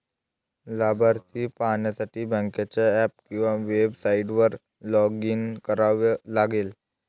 लाभार्थी पाहण्यासाठी बँकेच्या ऍप किंवा वेबसाइटवर लॉग इन करावे लागेल